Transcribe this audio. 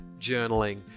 journaling